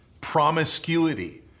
promiscuity